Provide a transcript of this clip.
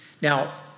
Now